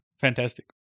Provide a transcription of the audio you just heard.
Fantastic